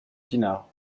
pinard